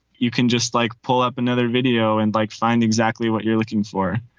you can just like pull up another video and like find exactly what you're looking for.